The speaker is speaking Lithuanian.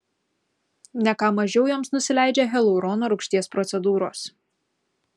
ne ką mažiau joms nusileidžia hialurono rūgšties procedūros